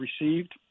received